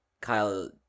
Kyle